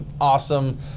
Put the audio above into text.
awesome